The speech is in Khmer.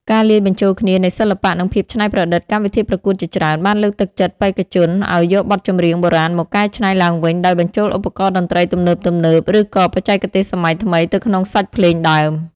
ការលាយបញ្ចូលគ្នានៃសិល្បៈនិងភាពច្នៃប្រឌិត កម្មវិធីប្រកួតជាច្រើនបានលើកទឹកចិត្តបេក្ខជនឲ្យយកបទចម្រៀងបុរាណមកកែច្នៃឡើងវិញដោយបញ្ចូលឧបករណ៍តន្ត្រីទំនើបៗឬក៏បច្ចេកទេសសម័យថ្មីទៅក្នុងសាច់ភ្លេងដើម។